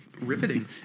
riveting